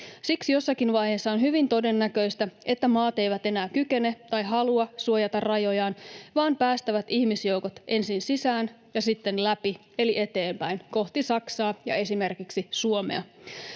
Siksi jossakin vaiheessa on hyvin todennäköistä, että maat eivät enää kykene tai halua suojata rajojaan, vaan päästävät ihmisjoukot ensin sisään ja sitten läpi eli eteenpäin, kohti Saksaa ja esimerkiksi Suomea.